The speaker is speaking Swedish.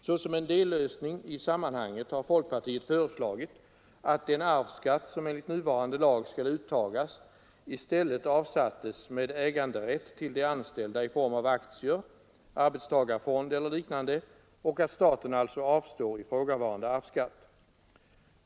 Såsom en dellösning i sammanhanget har folkpartiet föreslagit att den arvsskatt som enligt nuvarande lag skall uttagas i stället avsättes med äganderätt till de anställda i form av aktier, arbetstagarfond eller liknande och att staten alltså avstår ifrågavarande arvsskatt.